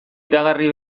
iragarri